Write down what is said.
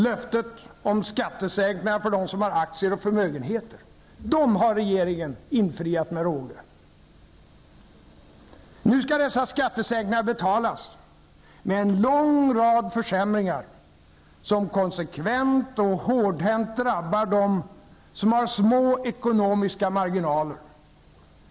Löftet om skattesänkningar för dem som har aktier och förmögenheter har regeringen infriat med råge. Nu skall dessa skattesänkningar betalas med en lång rad försämringar, som konsekvent och hårdhänt drabbar dem som har små ekonomiska marginaler.